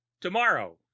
Tomorrow